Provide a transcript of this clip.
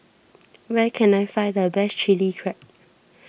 where can I find the best Chili Crab